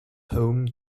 home